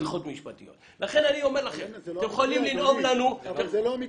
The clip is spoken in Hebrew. אבל זה לא המקרה.